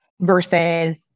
versus